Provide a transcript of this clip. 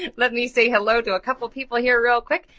and let me say hello to a couple people here real quick.